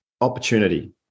opportunity